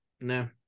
No